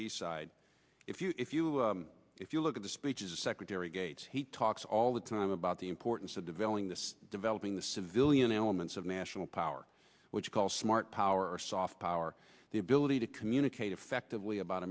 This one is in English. side if you if you if you look at the speeches secretary gates he talks all the time about the importance of developing the developing the civilian elements of national power which you call smart power soft power the ability to communicate effectively about